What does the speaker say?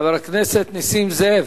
חבר הכנסת נסים זאב?